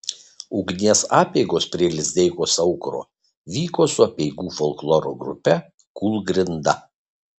ugnies apeigos prie lizdeikos aukuro vyko su apeigų folkloro grupe kūlgrinda